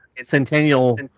Centennial